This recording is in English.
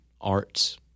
arts